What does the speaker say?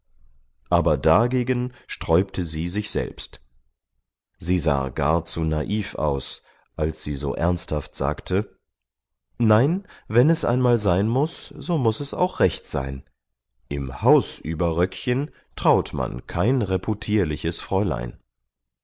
aber dagegen sträubte sie sich selbst sie sah gar zu naiv aus als sie so ernsthaft sagte nein wenn es einmal sein muß so muß es auch recht sein im hausüberröckchen traut man kein reputierliches fräulein